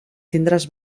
tindràs